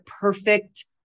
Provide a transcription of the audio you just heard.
perfect